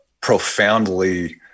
Profoundly